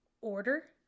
order